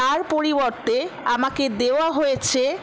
তার পরিবর্তে আমাকে দেওয়া হয়েছে